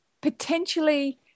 Potentially